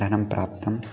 धनं प्राप्तम्